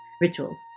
rituals